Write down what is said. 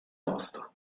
mosto